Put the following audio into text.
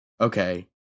Okay